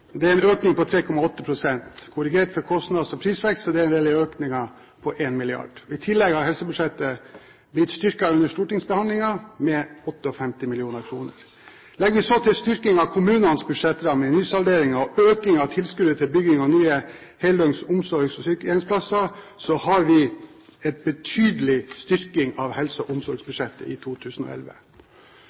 Det er en økning på 3,8 pst. Korrigert for kostnads- og prisvekst er den reelle økningen på 1 mrd. kr. I tillegg har helsebudsjettet blitt styrket under stortingsbehandlingen med 58 mill. kr. Legger vi så til styrking av kommunenes budsjettrammer i nysalderingen og økning av tilskuddet til bygging av nye heldøgns omsorgs- og sykehjemsplasser, har vi en betydelig styrking av helse- og omsorgsbudsjettet i 2011.